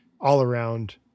all-around